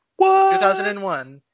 2001